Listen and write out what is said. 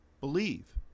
believe